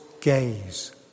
gaze